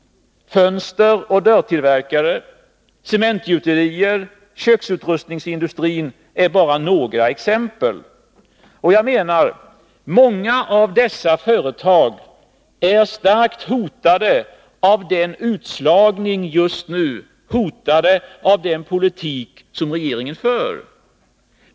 bara några exempel. Många av dessa företag är starkt hotade av utslagning Fredagen den just nu, hotade av den politik som regeringen för.